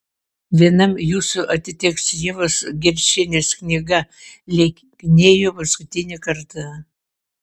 vienam jūsų atiteks ievos gerčienės knyga lieknėju paskutinį kartą